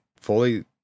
fully